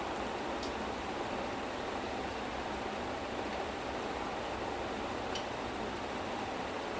I mean he he's just pushing the movie [one] but then like producers also need their money